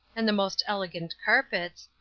and the most elegant carpets,